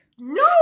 no